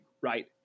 right